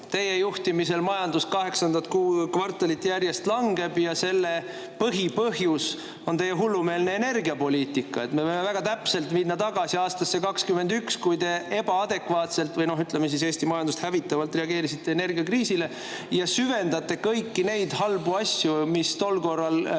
Teie juhtimisel majandus kaheksandat kvartalit järjest langeb ja selle põhipõhjus on teie hullumeelne energiapoliitika. Me võime väga täpselt minna tagasi aastasse 2021, kui te ebaadekvaatselt või, ütleme siis, Eesti majandust hävitavalt reageerisite energiakriisile. Ja te süvendate kõiki neid halbu asju, mis tol korral meile